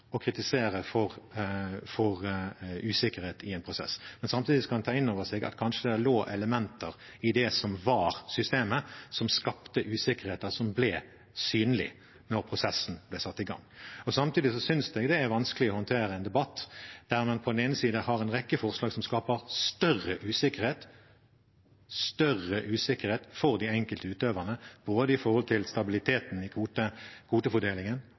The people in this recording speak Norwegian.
kritisere for usikkerhet i en prosess, men samtidig skal man ta inn over seg at det kanskje lå elementer i det som var systemet, som skapte usikkerhet, og som ble synlige når prosessen ble satt i gang. Samtidig synes jeg det er vanskelig å håndtere en debatt der man på den ene siden har en rekke forslag som skaper større usikkerhet for den enkelte utøveren, med tanke på både stabiliteten i kvotefordelingen